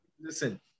Listen